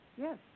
Yes